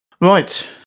Right